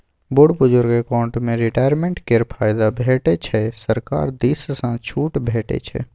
बुढ़ बुजुर्ग अकाउंट मे रिटायरमेंट केर फायदा भेटै छै सरकार दिस सँ छुट भेटै छै